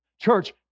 Church